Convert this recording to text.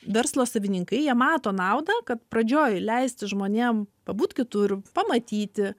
verslo savininkai jie mato naudą kad pradžioj leisti žmonėm pabūt kitur pamatyti